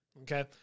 okay